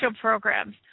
programs